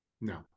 no